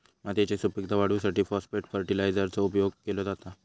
मातयेची सुपीकता वाढवूसाठी फाॅस्फेट फर्टीलायझरचो उपयोग केलो जाता